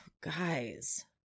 Guys